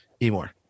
anymore